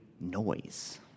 noise